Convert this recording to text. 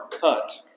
cut